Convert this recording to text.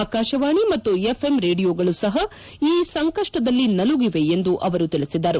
ಆಕಾಶವಾಣಿ ಮತ್ತು ಎಫ್ಎಂ ರೇಡಿಯೋಗಳು ಸಹ ಈ ಸಂಕಷ್ಟದಲ್ಲಿ ನಲುಗಿವೆ ಎಂದು ಅವರು ತಿಳಿಸಿದರು